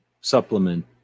supplement